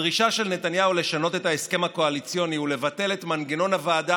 הדרישה של נתניהו לשנות את ההסכם הקואליציוני ולבטל את מנגנון הוועדה